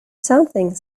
something